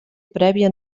prèvia